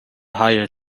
hire